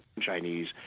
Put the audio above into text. Chinese